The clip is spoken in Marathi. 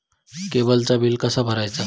केबलचा बिल कसा भरायचा?